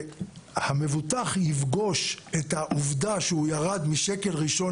שהמבוטח יפגוש את העובדה שהוא ירד משקל ראשון